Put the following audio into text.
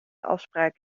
afspraak